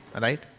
right